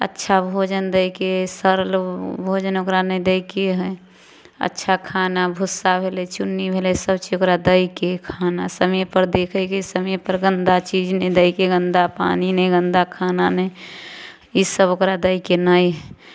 अच्छा भोजन दैके हइ सड़ल भोजन ओकरा नहि दैके हइ अच्छा खाना भुस्सा भेलै चुन्नी भेलै सभ चीज ओकरा दैके हइ खाना समयपर देखयके समयपर गन्दा चीज नहि दैके हइ गन्दा पानि नहि गन्दा खाना नहि ईसभ ओकरा दैके नहि हइ